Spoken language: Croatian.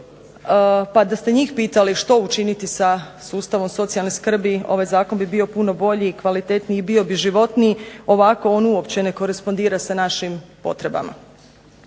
pa da ste njih pitali što učiniti sa sustavom socijalne skrbi, ovaj zakon bi bio puno bolji i kvalitetniji i bio bi životniji, ovako on uopće ne korespondira sa našim potrebama.